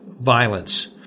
violence